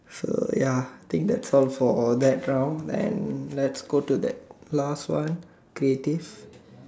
sure ya think that's all for that round then let's go to that last one creative